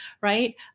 right